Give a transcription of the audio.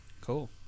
Cool